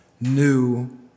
new